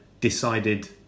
decided